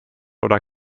oder